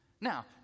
Now